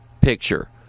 picture